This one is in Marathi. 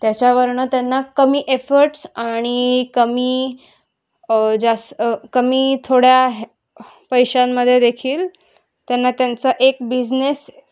त्याच्यावरून त्यांना कमी एफर्ट्स आणि कमी जास् कमी थोड्या ह्या पैशांमध्ये देखील त्यांना त्यांचा एक बिझनेस